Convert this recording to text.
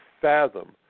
fathom